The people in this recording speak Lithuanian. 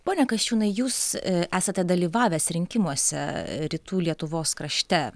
pone kasčiūnai jūs esate dalyvavęs rinkimuose rytų lietuvos krašte